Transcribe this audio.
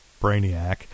Brainiac